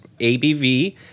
ABV